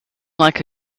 like